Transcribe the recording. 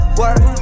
work